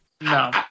no